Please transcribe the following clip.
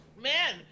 Man